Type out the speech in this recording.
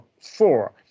four